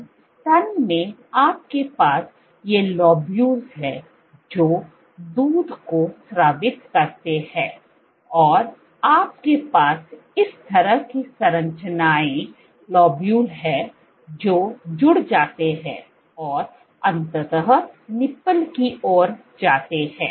तो स्तन में आपके पास ये लोब्यूल हैं जो दूध को स्रावित करते हैं और आपके पास इस तरह की संरचनाएं लोब्यूल हैं जो जुड़ जाते हैं और अंततः निप्पल की ओर जाते हैं